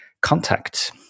contact